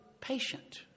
patient